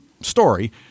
story